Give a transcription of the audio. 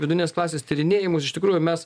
vidurinės klasės tyrinėjimus iš tikrųjų mes